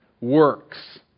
works